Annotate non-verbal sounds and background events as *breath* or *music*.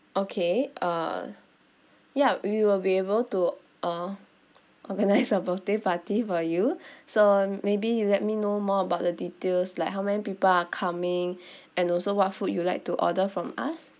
okay uh ya we will be able to uh organise *laughs* a birthday party for you so maybe you let me know more about the details like how many people are coming *breath* and also what food you like to order from us